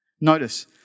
Notice